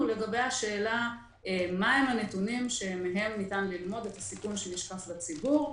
הוא לגבי השאלה מהם הנתונים שמהם ניתן ללמוד את הסיכון שנשקף לציבור?